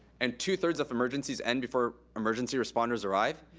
and two three of emergencies end before emergency responders arrive,